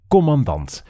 Commandant